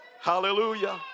Hallelujah